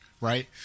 right